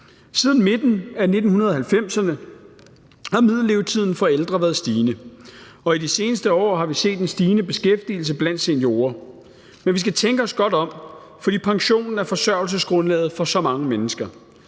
Siden midten af 1990'erne har middellevetiden været stigende, og i de seneste år har vi set en stigende beskæftigelse blandt seniorer. Men vi skal tænke os godt om, for pensionen er forsørgelsesgrundlaget for så mange mennesker.